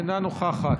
אינה נוכחת.